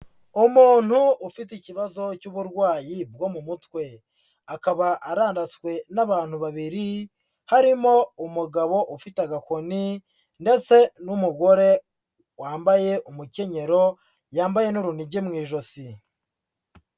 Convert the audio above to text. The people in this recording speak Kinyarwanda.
Umuntu ufite ikibazo cy'uburwayi bwo mu mutwe, akaba arandaswe n'abantu babiri harimo umugabo ufite agakoni ndetse n'umugore wambaye umukenyero, yambaye n'urunigi mu ijosi.